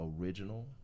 original